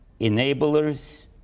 enablers